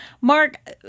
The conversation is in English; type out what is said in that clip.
Mark